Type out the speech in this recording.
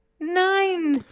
nine